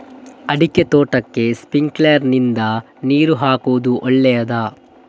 ಅಡಿಕೆ ತೋಟಕ್ಕೆ ಸ್ಪ್ರಿಂಕ್ಲರ್ ನಿಂದ ನೀರು ಹಾಕುವುದು ಒಳ್ಳೆಯದ?